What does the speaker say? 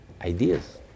Ideas